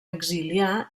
exiliar